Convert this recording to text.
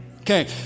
Okay